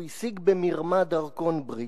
הוא השיג במרמה דרכון בריטי,